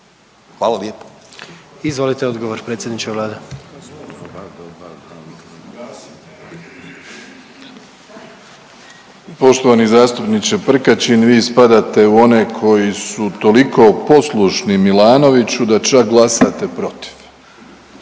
Vlade. **Plenković, Andrej (HDZ)** Poštovani zastupniče Prkačin vi spadate u one koji su toliko poslušni Milanoviću da čak glasate protiv.